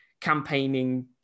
campaigning